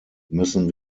müssen